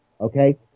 Okay